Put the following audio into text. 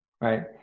Right